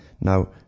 Now